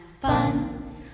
fun